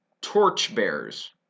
torchbearers